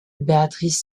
beatrice